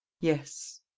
Yes